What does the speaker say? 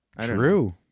true